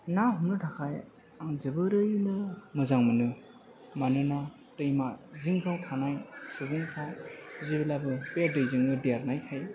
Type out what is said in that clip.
ना हमनो थाखाय आं जोबोरैनो मोजां मोनोना दैमा जिंफ्राव थानाय सुबुंफ्रा जेब्लाबो बे दैजोंनो देरनायखाय